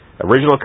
original